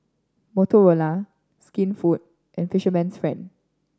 Motorola Skinfood and Fisherman's Friend